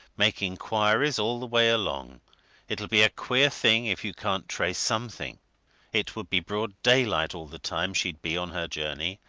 make inquiries all the way along it'll be a queer thing if you can't trace something it would be broad daylight all the time she'd be on her journey.